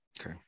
Okay